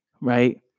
right